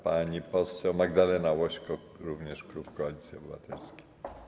Pani poseł Magdalena Łośko, również klub Koalicji Obywatelskiej.